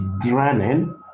draining